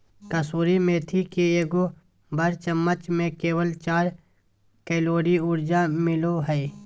कसूरी मेथी के एगो बड़ चम्मच में केवल चार कैलोरी ऊर्जा मिलो हइ